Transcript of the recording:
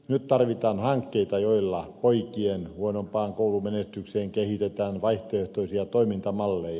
nyt tarvitaan hankkeita joilla poikien huonompaan koulumenestykseen kehitetään vaihtoehtoisia toimintamalleja